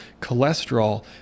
cholesterol